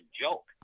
joke